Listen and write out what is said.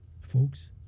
folks